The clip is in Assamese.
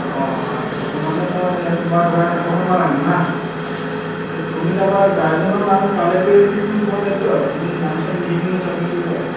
অঁ অঁ মানে মই তোমাৰ ধৰা এশখনমান আনিম হা তেতিয়া তুমি তাৰপা গাৰ্জেনৰ নাম কালেক্ট কৰি এইটো তুমি তোমাৰ দায়িত্ব আৰু তুমি নাম চাম লিখি পিনি চাবমিট কৰিবা আৰু